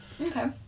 Okay